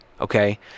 Okay